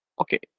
Okay